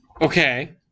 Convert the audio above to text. Okay